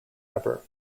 ever